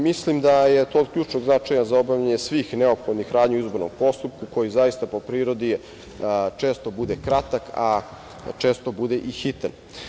Mislim da je to od ključnog značaja za obavljanje svih neophodnih radnji u izbornom postupku, koji zaista po prirodi često bude kratak, a često bude i hitan.